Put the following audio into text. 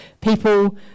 people